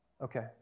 Okay